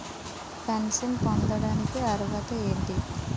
Pension పొందడానికి అర్హత ఏంటి?